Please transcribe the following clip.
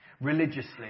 religiously